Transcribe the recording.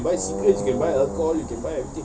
oh